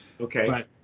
okay